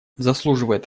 заслуживает